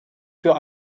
für